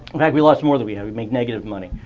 in fact, we lost more than we had. we made negative money.